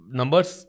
numbers